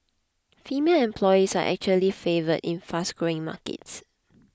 female employees are actually favoured in fast growing markets